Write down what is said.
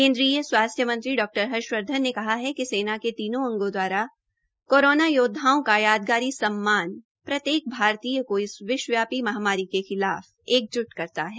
केन्द्रीय स्वास्थ्य मंत्री डॉ हर्ष वर्धन ने कहा कि सेना के तीनों अंगों दवारा कोरोना योदवाओं का यादगारी सम्मान प्रत्येक भारतीय को इस विश्वव्यापी महामारी के खिलाफ एकज्ट करता है